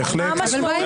בהחלט.